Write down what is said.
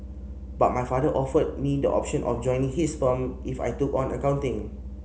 but my father offered me the option of joining his firm if I took on accounting